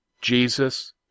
Jesus